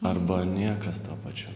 arba niekas tuo pačiu